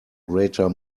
greater